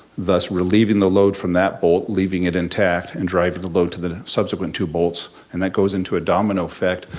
thus relieving the load from that bolt, leaving it intact, and drive the load to the subsequent two bolts, and that goes into a domino effect,